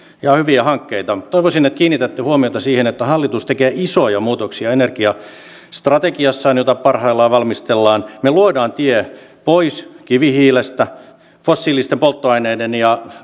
ihan hyviä hankkeita toivoisin että kiinnitätte huomiota siihen että hallitus tekee isoja muutoksia energiastrategiassaan jota parhaillaan valmistellaan me luomme tien pois kivihiilestä fossiilisten polttoaineiden ja